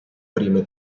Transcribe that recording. prime